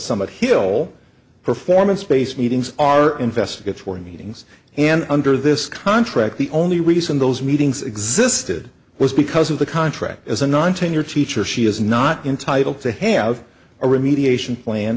of hill performance space meetings are investigatory meetings and under this contract the only reason those meetings existed was because of the contract as a non tenured teacher she is not entitle to have a remediation plan